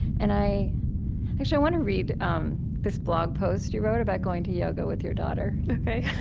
and i actually, i want to read um this blog post you wrote about going to yoga with your daughter ok.